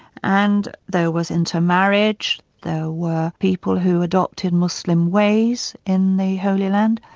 and there was inter-marriage, there were people who adopted muslim ways in the holy land.